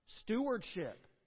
stewardship